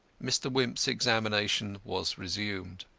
mr. wimp's examination was resumed.